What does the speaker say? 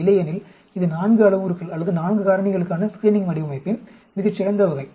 இல்லையெனில் இது 4 அளவுருக்கள் அல்லது 4 காரணிகளுக்கான ஸ்கிரீனிங் வடிவமைப்பின் மிகச் சிறந்த வகை